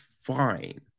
fine